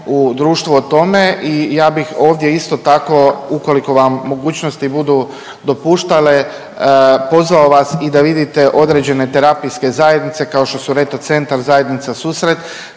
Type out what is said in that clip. u društvu o tome. I ja bih ovdje isto tako ukoliko vam mogućnosti budu dopuštale pozvao vas i da vidite određene terapijske zajednice kao što su Reto centar, zajednica Susret